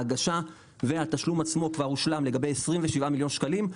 ההגשה והתשלום עצמו כבר הושלם לגבי 27 מיליון שקלים,